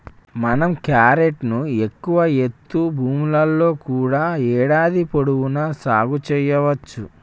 మనం క్యారెట్ ను ఎక్కువ ఎత్తు భూముల్లో కూడా ఏడాది పొడవునా సాగు సెయ్యవచ్చు